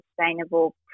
sustainable